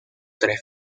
tres